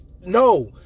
no